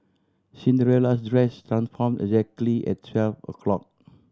Cinderella's dress transformed exactly at twelve o' clock